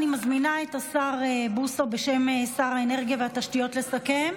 אני מזמינה את השר בוסו בשם שר האנרגיה והתשתיות לסכם.